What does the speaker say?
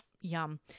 Yum